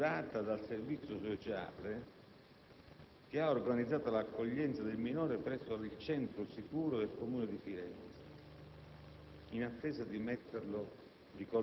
è stata curata dal servizio sociale che ha organizzato l'accoglienza del minore presso il "Centro Sicuro" del Comune di Firenze,